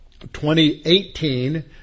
2018